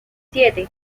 siete